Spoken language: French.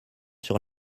sur